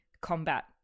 combat